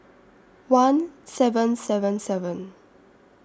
one seven seven seven